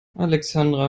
alexandra